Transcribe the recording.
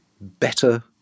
better